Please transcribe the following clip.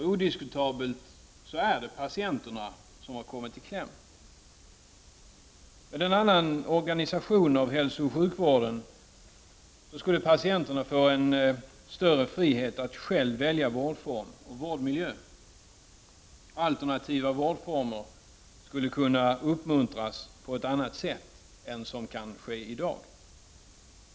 Odiskutabelt är det patienterna som har kommit i kläm. Med en annan organisation av hälsooch sjukvården skulle patienterna få en större frihet att själva välja vårdform och vårdmiljö. Alternativa vårdformer skulle kunna uppmuntras, på ett annat sätt än som i dag kan ske.